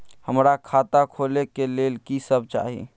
हमरा खाता खोले के लेल की सब चाही?